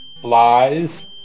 flies